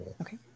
Okay